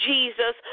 Jesus